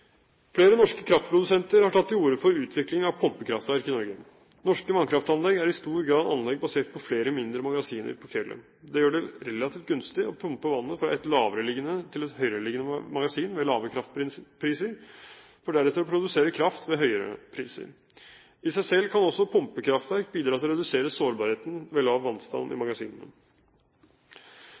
Flere norske kraftprodusenter har tatt til orde for utvikling av pumpekraftverk i Norge. Norske vannkraftanlegg er i stor grad anlegg basert på flere mindre magasiner på fjellet. Det gjør det relativt gunstig å pumpe vannet fra et lavereliggende til et høyereliggende magasin ved lave kraftpriser, for deretter å produsere kraft ved høyere priser. I seg selv kan også pumpekraftverk bidra til å redusere sårbarheten ved lav vannstand i magasinene.